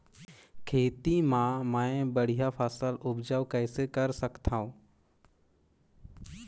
खेती म मै बढ़िया फसल उपजाऊ कइसे कर सकत थव?